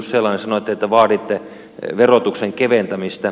sanoitte että vaadittiin verotuksen keventämistä